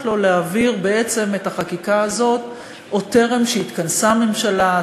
לו להעביר בעצם את החקיקה הזו עוד טרם התכנסה ממשלה,